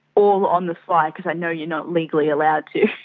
all on the sly because i know you're not legally allowed to.